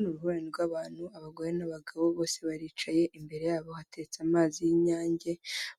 Uri ni uruhurirane rw'abantu, abagore n'abagabo bose baricaye imbere yabo bateretse amazi y'inyange,